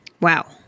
Wow